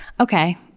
Okay